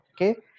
Okay